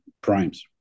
primes